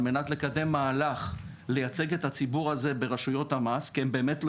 מנת לקדם מהלך לייצג את הציבור הזה ברשויות המס כי הם באמת לא